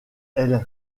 elle